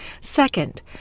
Second